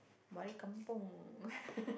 balik kampung